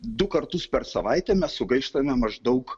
du kartus per savaitę mes sugaištame maždaug